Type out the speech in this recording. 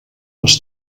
les